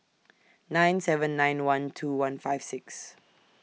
nine seven nine one two one five six